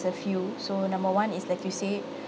a few so number one is like you said